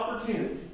opportunity